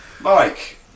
Mike